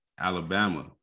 Alabama